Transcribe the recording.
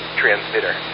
transmitter